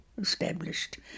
established